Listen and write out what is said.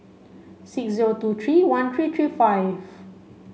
six zero two three one three three five